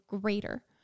greater